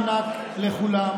------ אנחנו נותנים מענק לכולם,